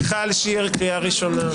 מיכל שיר, קריאה ראשונה.